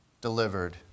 delivered